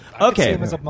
Okay